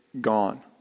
gone